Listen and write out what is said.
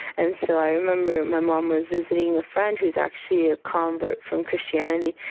and so i remember my mom was visiting a friend who's actually a convert from christianity.